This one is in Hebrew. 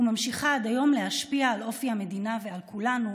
וממשיכה עד היום להשפיע על אופי המדינה ועל כולנו,